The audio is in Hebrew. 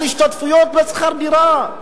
על השתתפויות בשכר דירה.